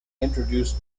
introduced